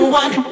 one